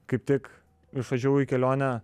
kaip tik išvažiavau į kelionę